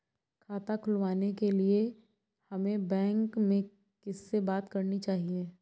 खाता खुलवाने के लिए हमें बैंक में किससे बात करनी चाहिए?